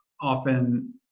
often